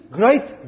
great